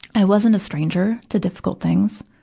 i wasn't a stranger to difficult things,